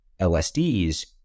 LSDs